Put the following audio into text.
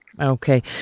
Okay